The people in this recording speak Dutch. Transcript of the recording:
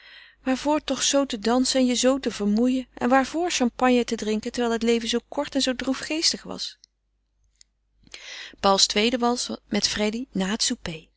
waarvoor toch zoo te dansen en je zoo te vermoeien en waarvoor champagne te drinken terwijl het leven zoo kort en zoo droefgeestig was pauls tweede wals met freddy na het souper